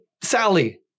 Sally